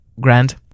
grand